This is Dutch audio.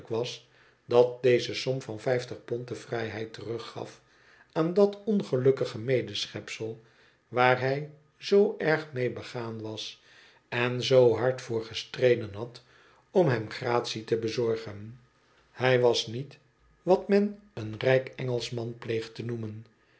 was dat deze som van vijftig pond de vrijheid teruggaf aan dat ongelukkige medeschepsel waar hij zoo erg mee begaan was en zoo hard voor gestreden had om hem gratie te bezorgen hij was niet wat men een rijk engelschman pleegt te noemen